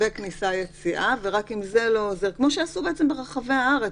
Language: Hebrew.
כמו שעשו בעצם ברחבי הארץ.